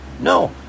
No